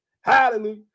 hallelujah